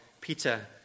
Peter